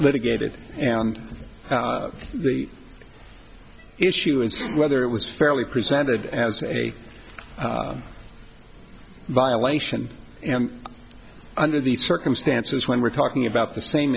litigated and the issue is whether it was fairly presented as a violation and under these circumstances when we're talking about the same